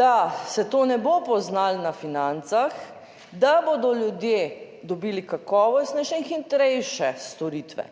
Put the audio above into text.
da se to ne bo poznalo na financah, da bodo ljudje dobili kakovostnejše in hitrejše storitve.